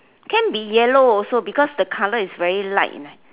can be yellow also because the color is very light